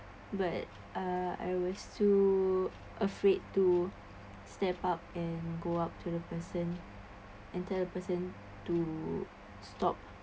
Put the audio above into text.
but uh I was too afraid to step out and go out to the person and tell the person to stop